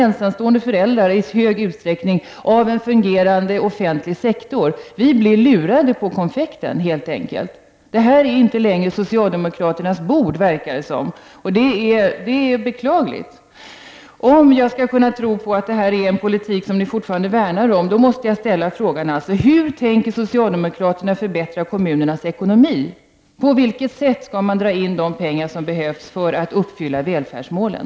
Ensamstående föräldrar är i stor utsträckning totalt beroende av en fungerande offentlig sektor. Man blir helt enkelt lurad på konfekten. Det verkar som om detta inte längre skulle vara socialdemokraternas bord, vilket är beklagligt. Om jag skulle kunna tro på att detta är en politik som ni socialdemokrater fortfarande värnar om måste jag fråga: Hur tänker ni förbättra kommunernas ekonomi? På vilket sätt ämnar ni dra in de pengar som behövs för att uppfylla välfärdsmålen?